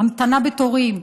המתנה בתורים,